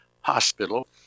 Hospital